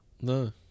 No